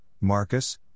Marcus